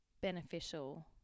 beneficial